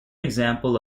example